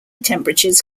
temperatures